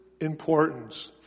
importance